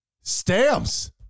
stamps